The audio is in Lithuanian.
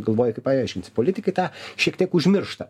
galvoji kaip paaiškinsi politikai tą šiek tiek užmiršta